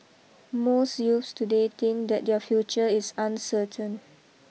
most youths today think that their future is uncertain